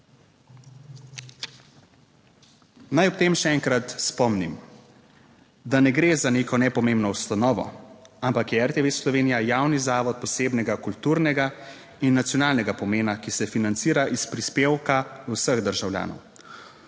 Naj ob tem še enkrat spomnim, da ne gre za neko nepomembno ustanovo, ampak je RTV Slovenija javni zavod posebnega kulturnega in nacionalnega pomena, ki se financira iz prispevka vseh državljanov.